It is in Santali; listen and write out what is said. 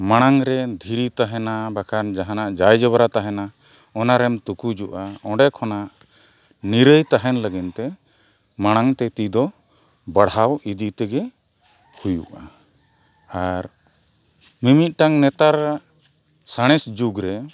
ᱢᱟᱲᱟᱝ ᱨᱮ ᱫᱷᱤᱨᱤ ᱛᱟᱦᱮᱱᱟ ᱵᱟᱠᱷᱟᱱ ᱡᱟᱦᱟᱱᱟᱜ ᱡᱟᱭ ᱡᱚᱵᱨᱟ ᱛᱟᱦᱮᱱᱟ ᱚᱱᱟ ᱨᱮᱢ ᱛᱩᱠᱩᱡᱚᱜᱼᱟ ᱚᱸᱰᱮ ᱠᱷᱚᱱᱟᱜ ᱱᱤᱨᱟᱹᱭ ᱛᱟᱦᱮᱱ ᱞᱟᱹᱜᱤᱫ ᱛᱮ ᱢᱟᱲᱟᱝ ᱛᱮ ᱛᱤ ᱫᱚ ᱵᱟᱲᱦᱟᱣ ᱤᱫᱤ ᱛᱮᱜᱮ ᱦᱩᱭᱩᱜᱼᱟ ᱟᱨ ᱢᱤᱼᱢᱤᱫᱴᱟᱝ ᱱᱮᱛᱟᱨ ᱥᱟᱬᱮᱥ ᱡᱩᱜᱽ ᱨᱮ